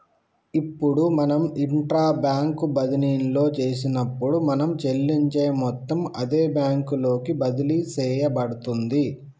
ఇప్పుడు మనం intra bank బదిన్లో చేసినప్పుడు మనం చెల్లించే మొత్తం అదే బ్యాంకు లోకి బదిలి సేయబడుతుంది